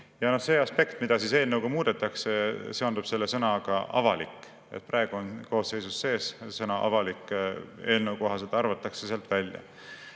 See aspekt, mida eelnõuga muudetakse, seondub sõnaga "avalik". Praegu on koosseisus sees sõna "avalik", eelnõu kohaselt arvatakse see sealt välja.